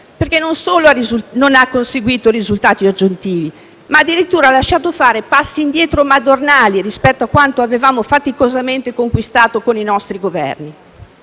perché non solo non ha conseguito risultati oggettivi, ma addirittura ha lasciato fare passi indietro madornali rispetto a quanto avevamo faticosamente conquistato con i nostri Governi: